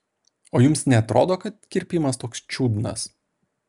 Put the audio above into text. o jums neatrodo kad kirpimas toks čiudnas